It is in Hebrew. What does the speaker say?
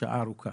שעה ארוכה